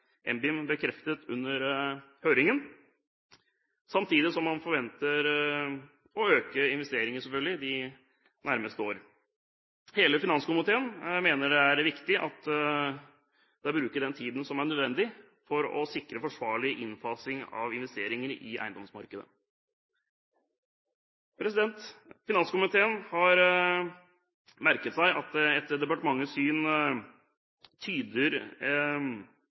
NBIM bekreftet under høringen, samtidig som man selvfølgelig forventer å øke investeringen de nærmeste år. Hele finanskomiteen mener det er viktig å bruke den tiden som er nødvendig for å sikre forsvarlig innfasing av investeringer i eiendomsmarkedet. Finanskomiteen har merket seg at etter departementets syn tyder